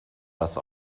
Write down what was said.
das